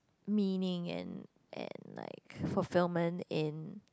meaning and and like fulfillment in